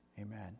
Amen